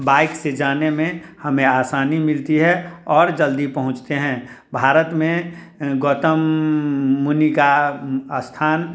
bike से जाने में हमें आसानी मिलती है और जल्दी पहुँचते हैं भारत में गौतम मुनि का स्थान